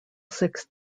six